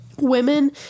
Women